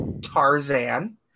Tarzan